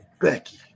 Becky